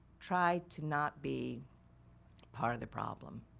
try to not be part of the problem,